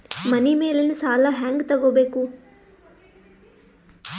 ಮನಿ ಮೇಲಿನ ಸಾಲ ಹ್ಯಾಂಗ್ ತಗೋಬೇಕು?